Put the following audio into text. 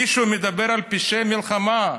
מישהו מדבר על פשעי מלחמה?